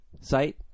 site